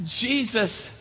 Jesus